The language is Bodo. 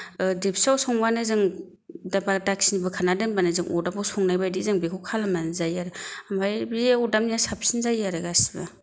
देबसियाव संबानो जों दा दाखिनि बोखारना दोनबानो जों अरदाबाव संनाय बायदि जों बेखौ खालामनानै जायो आरो ओमफाय बे अरदाबनिया साबसिन जायो आरो गासिबो